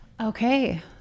Okay